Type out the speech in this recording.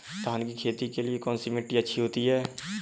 धान की खेती के लिए कौनसी मिट्टी अच्छी होती है?